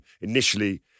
initially